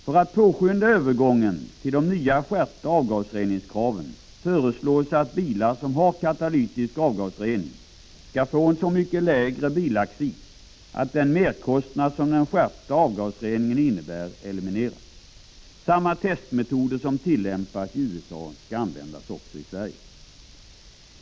För att påskynda övergången till de nya, skärpta avgasreningskraven föreslås att bilar som har katalytisk avgasrening skall få en så mycket lägre bilacéis att den merkostnad som den skärpta avgasreningen innebär elimineras. Samma testmetoder som tillämpas i USA skall också användas i Sverige.